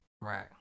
Right